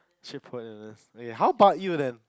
actually pointless okay how about you then